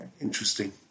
interesting